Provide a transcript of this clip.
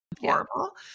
horrible